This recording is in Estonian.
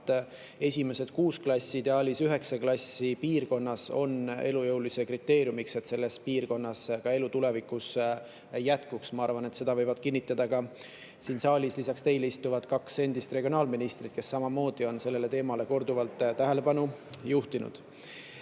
esimesed kuus klassi, ideaalis üheksa klassi piirkonnas on elujõulisuse kriteeriumiks, et selles piirkonnas elu ka tulevikus jätkuks. Ma arvan, et seda võivad kinnitada ka siin saalis lisaks teile istuvad kaks endist regionaalministrit, kes samamoodi on sellele teemale korduvalt tähelepanu juhtinud. Millised